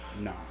No